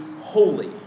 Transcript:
holy